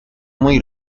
muy